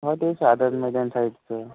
हां तेच आजाद मैदान साईडचं